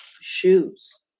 shoes